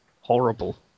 horrible